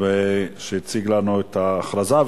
שהציג לנו את ההכרזה.